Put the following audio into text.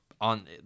on